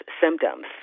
symptoms